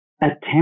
attempt